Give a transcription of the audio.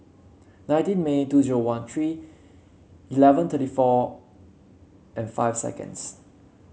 nineteen May two zero one three eleven thirty four and five seconds